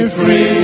free